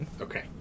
Okay